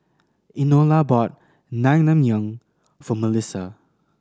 Enola bought Naengmyeon for Mellisa